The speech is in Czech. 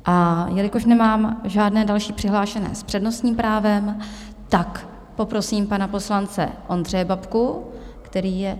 A jelikož nemám žádné další přihlášené s přednostním právem, poprosím pana poslance Ondřeje Babku, který je...